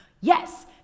Yes